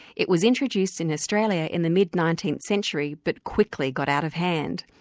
it was introduced in australia in the mid nineteenth century but quickly got out of hand.